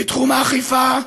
בתחום האכיפה,